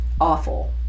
awful